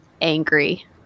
Angry